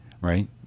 right